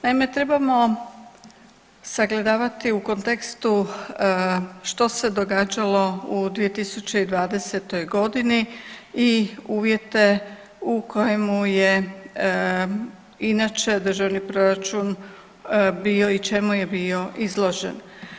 Naime, trebamo sagledavati u kontekstu što se događalo u 2020. godini i uvjete u kojemu je inače državni proračun bio i čemu je bio izložen.